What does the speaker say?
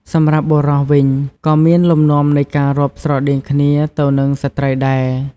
សម្រាប់ បុរស វិញក៏មានលំដាប់នៃការរាប់ស្រដៀងគ្នាទៅនឹងស្ត្រីដែរ។